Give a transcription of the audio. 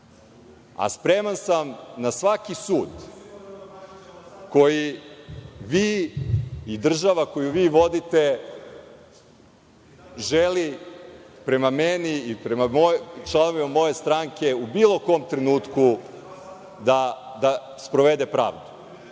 a spreman sam na svaki sud koji vi i država koju vi vodite želi prema meni i prema članovima moje stranke u bilo kom trenutku da sprovode pravdu,